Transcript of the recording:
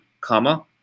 comma